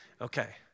Okay